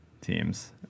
teams